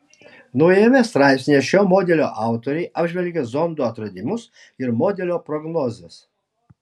naujame straipsnyje šio modelio autoriai apžvelgia zondo atradimus ir modelio prognozes